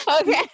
Okay